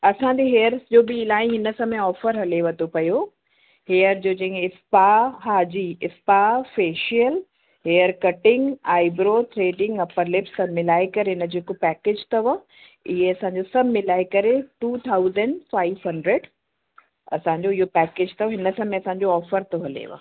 असांजे हेयर्स जो बि इलाही हिन समय ऑफ़र हलेव थो पयो हेयर जो जीअं स्पा हा जी spa facial hair cutting eyebrow threading upper lips सभु मिलाए करे हिन जो हिकु पैकेज अथव इहे असांजो सभु मिलाए करे टू थाउजेंड फ़ाइफ़ हंड्रेड असांजो इहो पैकेज अथव हिन समय असांजो ऑफ़र थो हलेव